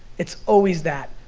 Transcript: it's always that.